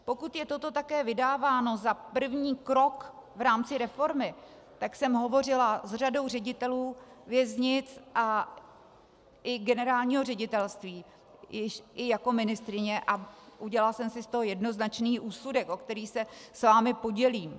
Pokud je toto také vydáváno za první krok v rámci reformy, tak jsem hovořila s řadou ředitelů věznic a i generálního ředitelství i jako ministryně a udělala jsem si z toho jednoznačný úsudek, o který se s vámi podělím.